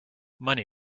money